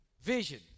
Vision